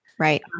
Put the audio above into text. Right